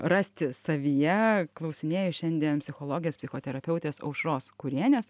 rasti savyje klausinėju šiandien psichologės psichoterapeutės aušros kurienės